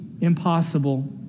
impossible